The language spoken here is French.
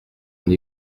l’on